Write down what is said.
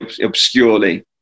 obscurely